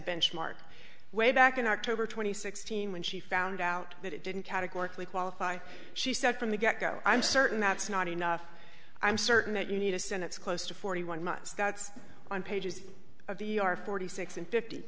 benchmark way back in october twenty sixth team when she found out that it didn't categorically qualify she said from the get go i'm certain that's not enough i'm certain that you need to send it's close to forty one much guts on pages of the are forty six and fifty